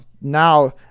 now